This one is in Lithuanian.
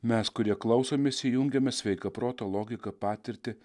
mes kurie klausomės įjungiame sveiką protą logiką patirtį